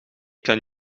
kan